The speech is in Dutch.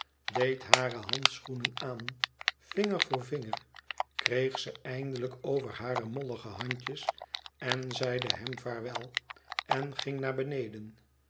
deed hare handschoenen aan vinger voor vinger kreeg ze eindelijk over hare mollige handjes en zeide hem vaarwel en ging naar beneden